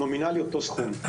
נומינלית זה אותו סכום,